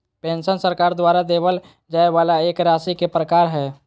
pension सरकार द्वारा देबल जाय वाला एक राशि के प्रकार हय